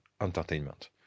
entertainment